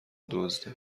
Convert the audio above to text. دزده